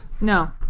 No